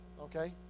okay